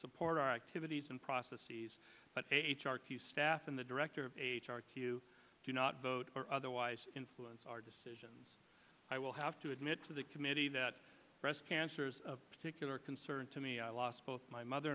support our activities and processes but our key staff and the director of h r q do not vote or otherwise influence our decisions i will have to admit to the committee that breast cancers of particular concern to me i lost both my mother